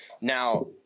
Now